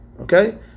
Okay